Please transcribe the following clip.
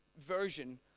version